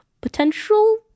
potential